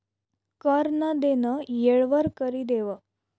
कर नं देनं येळवर करि देवं